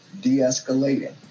de-escalating